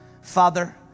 Father